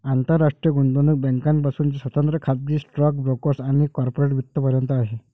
आंतरराष्ट्रीय गुंतवणूक बँकांपासून ते स्वतंत्र खाजगी स्टॉक ब्रोकर्स आणि कॉर्पोरेट वित्त पर्यंत आहे